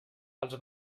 els